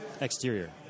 exterior